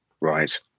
Right